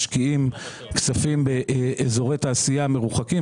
משקיעים כספים באזורי תעשייה מרוחקים